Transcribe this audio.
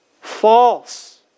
false